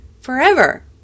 forever